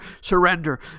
surrender